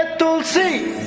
ah don't see